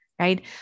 right